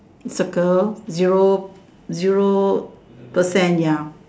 circle zero zero percent ya